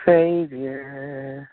Savior